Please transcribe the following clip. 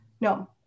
No